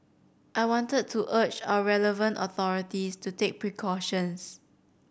I wanted to urge our relevant authorities to take precautions